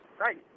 Right